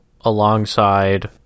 alongside